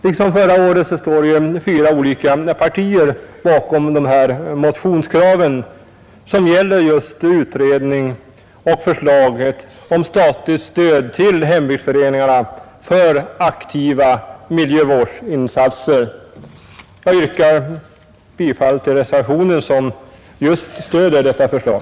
Liksom förra året står fyra olika partier bakom motionskraven, som just gäller utredning och förslag om statligt stöd till hembygdsföreningarna för aktiva miljövårdsinsatser. Jag ber att få yrka bifall till reservationen som just stöder detta förslag.